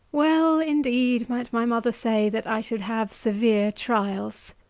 well, indeed, might my mother say, that i should have severe trials.